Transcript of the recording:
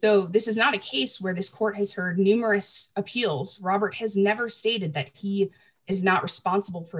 so this is not a case where this court has heard numerous appeals robert has never stated that he is not responsible for